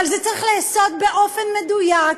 אבל זה צריך להיעשות באופן מדויק.